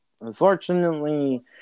Unfortunately